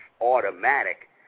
automatic